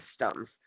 systems